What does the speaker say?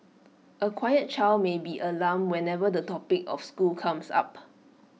A quiet child may be alarmed whenever the topic of school comes up